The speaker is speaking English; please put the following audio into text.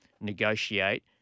negotiate